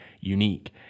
unique